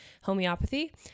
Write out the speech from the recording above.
homeopathy